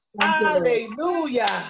Hallelujah